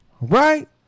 Right